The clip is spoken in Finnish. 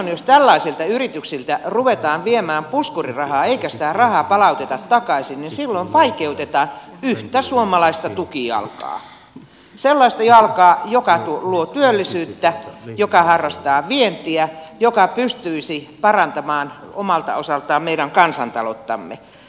jos tällaisilta yrityksiltä ruvetaan viemään puskurirahaa eikä sitä rahaa palauteta takaisin silloin vaikeutetaan yhtä suomalaista tukijalkaa sellaista jalkaa joka luo työllisyyttä joka harrastaa vientiä joka pystyisi parantamaan omalta osaltaan meidän kansantalouttamme